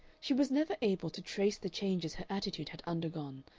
she was never able to trace the changes her attitude had undergone,